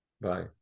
Bye